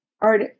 art